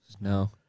No